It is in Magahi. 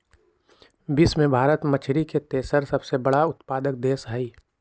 विश्व में भारत मछरी के तेसर सबसे बड़ उत्पादक देश हई